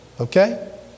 Okay